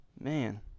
Man